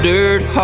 Dirt